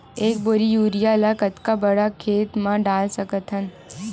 एक बोरी यूरिया ल कतका बड़ा खेत म डाल सकत हन?